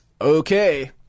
Okay